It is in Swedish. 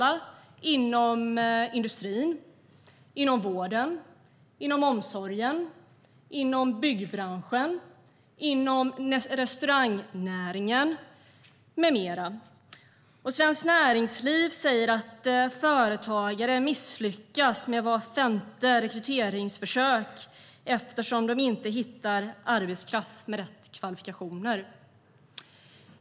Det syns inom industrin, vården och omsorgen, byggbranschen, restaurangnäringen med mera. Svenskt Näringsliv säger att företagare misslyckas med var femte rekryteringsförsök eftersom de inte hittar arbetskraft med rätt kvalifikationer.